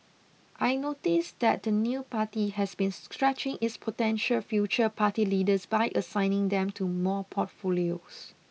I noticed that the the new party has been stretching its potential future party leaders by assigning them to more portfolios